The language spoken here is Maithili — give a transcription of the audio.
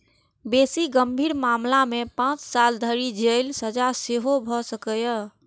बेसी गंभीर मामला मे पांच साल धरि जेलक सजा सेहो भए सकैए